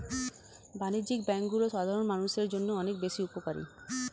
বাণিজ্যিক ব্যাংকগুলো সাধারণ মানুষের জন্য অনেক বেশি উপকারী